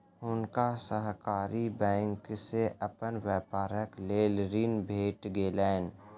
हुनका सहकारी बैंक से अपन व्यापारक लेल ऋण भेट गेलैन